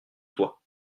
toi